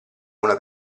una